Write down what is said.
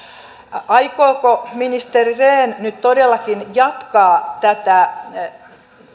aikooko ministeri rehn nyt todellakin jatkaa tätä